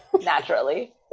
Naturally